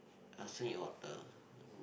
I'll say you're the